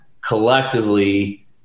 collectively